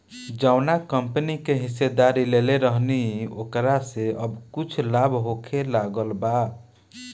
जावना कंपनी के हिस्सेदारी लेले रहनी ओकरा से अब कुछ लाभ होखे लागल बा